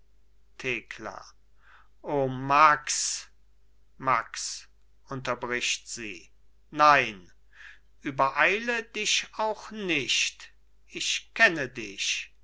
thekla o max max unterbricht sie nein übereile dich auch nicht ich kenne dich